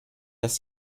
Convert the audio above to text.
dass